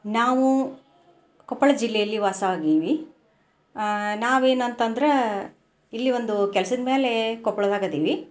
ನಾವು ಕೊಪ್ಪಳ ಜಿಲ್ಲೆಯಲ್ಲಿ ವಾಸವಾಗೀವಿ ನಾವೇನಂತಂದ್ರೆ ಇಲ್ಲಿ ಒಂದು ಕೆಲ್ಸದಮೇಲೆ ಕೊಪ್ಪಳದಾಗದ್ದೀವಿ